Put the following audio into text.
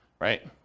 right